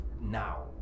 now